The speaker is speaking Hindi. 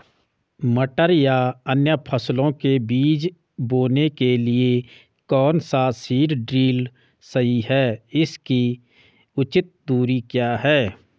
मटर या अन्य फसलों के बीज बोने के लिए कौन सा सीड ड्रील सही है इसकी उचित दूरी क्या है?